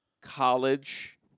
college